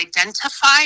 identify